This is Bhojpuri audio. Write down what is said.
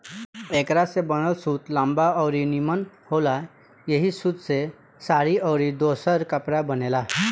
एकरा से बनल सूत लंबा अउरी निमन होला ऐही सूत से साड़ी अउरी दोसर कपड़ा बनेला